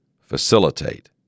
facilitate